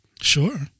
Sure